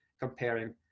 comparing